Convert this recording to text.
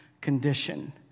condition